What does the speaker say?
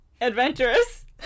adventurous